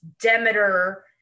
Demeter